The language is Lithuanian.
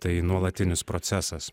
tai nuolatinis procesas